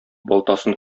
балтасын